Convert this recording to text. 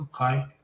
okay